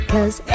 Cause